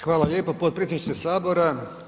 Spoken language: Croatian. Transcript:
Hvala lijepo potpredsjedniče sabora.